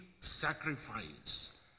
sacrifice